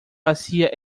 hacia